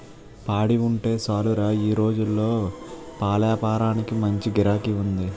పాడి ఉంటే సాలురా ఈ రోజుల్లో పాలేపారానికి మంచి గిరాకీ ఉంది